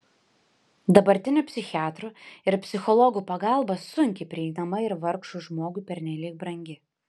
dabartinių psichiatrų ir psichologų pagalba sunkiai prieinama ir vargšui žmogui pernelyg brangi